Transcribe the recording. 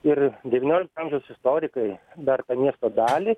ir devyniolikto amžiaus istorikai dar miesto dalį